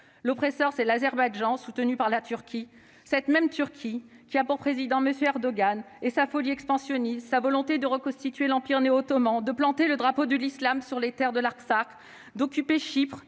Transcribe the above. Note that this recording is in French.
L'oppresseur, c'est l'Azerbaïdjan soutenu par la Turquie, cette même Turquie qui a pour président M. Erdogan et sa folie expansionniste, sa volonté de reconstituer l'empire ottoman, de planter le drapeau de l'islam sur les terres de l'Artsakh, d'occuper Chypre,